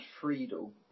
Friedel